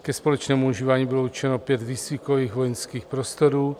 Ke společnému užívání bylo určeno pět výcvikových vojenských prostorů.